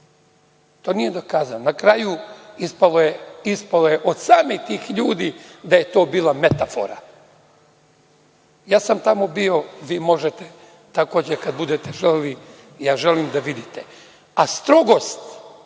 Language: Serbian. To nije dokazano. Na kraju, ispalo je od samih tih ljudi da je to bila metafora. Ja sam tamo bio, vi možete takođe kada budete želeli, ja želim da vidite, a strogost,